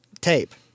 tape